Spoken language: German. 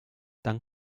dank